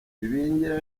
ibingira